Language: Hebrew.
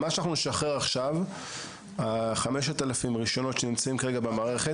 על 5,000 הרישיונות שנמצאים כרגע במערכת,